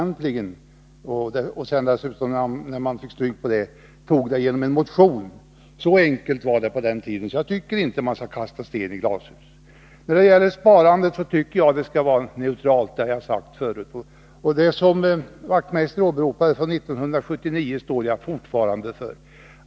När man inte nådde resultat, framfördes förslaget i en motion. Så enkelt var det på den tiden. Jag tycker inte att man skall kasta sten när man sitter i glashus. Sparandet skall vara neutralt; det har jag sagt förut. Vad Knut Wachtmeister åberopade från 1979 står jag fortfarande för.